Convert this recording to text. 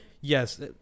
Yes